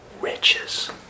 riches